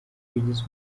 bigize